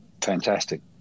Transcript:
fantastic